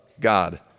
God